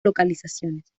localizaciones